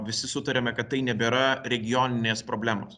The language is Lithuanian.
visi sutariame kad tai nebėra regioninės problemos